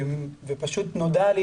ופשוט נודע לי,